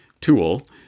tool